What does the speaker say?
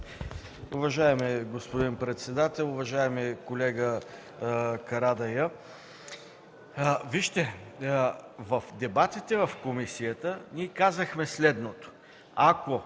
Уважаеми господин председател, уважаеми колега Карадайъ! Вижте, в дебатите в комисията ние казахме следното: